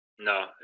No